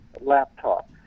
laptop